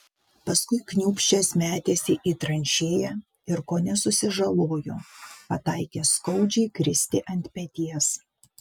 paskui kniūbsčias metėsi į tranšėją ir kone susižalojo pataikęs skaudžiai kristi ant peties